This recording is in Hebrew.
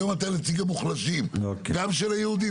היום אתם נציג המוחלשים גם של היהודים,